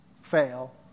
fail